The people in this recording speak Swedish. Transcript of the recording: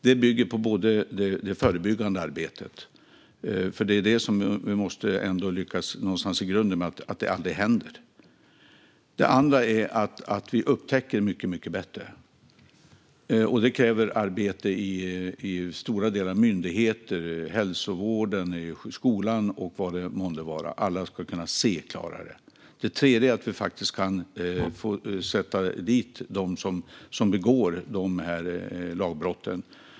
Det bygger på det förebyggande arbetet, för det är det vi i grunden måste lyckas med så att våldet aldrig händer. Det andra det bygger på är att vi upptäcker våldet mycket bättre. Det kräver arbete i stora delar. Myndigheter, hälsovården, skolan och vad det månde vara - alla ska kunna se klarare. Det tredje är att vi faktiskt kan sätta dit dem som begår de här lagbrotten.